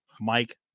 mike